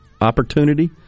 opportunity